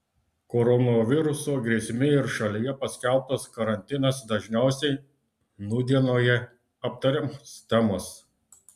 koronaviruso grėsmė ir šalyje paskelbtas karantinas dažniausiai nūdienoje aptariamos temos